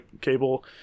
cable